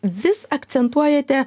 vis akcentuojate